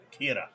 Kira